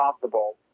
possible